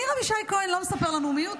ניר אבישי כהן לא מספר לנו מיהו.